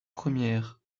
première